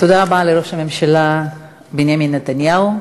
תודה רבה לראש הממשלה בנימין נתניהו.